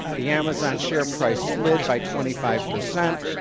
the amazon share price slid by twenty five percent,